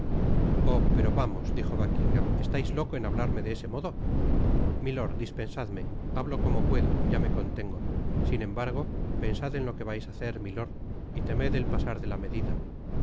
pero vamos dijo buckingam estais loco en hablarme de ese modo milord dispensadme hablo como puedo ya me contengo sin embargo pensad en to que vais á hacer milord y temed el pasar de la medida